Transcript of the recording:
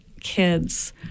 kids